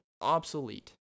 Obsolete